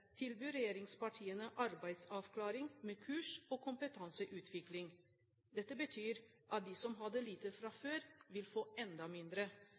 tilbyr regjeringspartiene arbeidsavklaring med kurs og kompetanseutvikling. Dette betyr at de som hadde lite fra før, vil få enda mindre.